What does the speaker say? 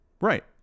Right